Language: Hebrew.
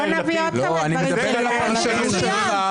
בואו נביא עוד כמה דברים של יאיר לפיד.